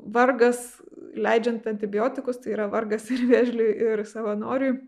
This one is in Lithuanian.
vargas leidžiant antibiotikus tai yra vargas ir vėžliui ir savanoriui